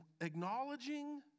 acknowledging